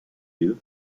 you